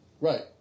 Right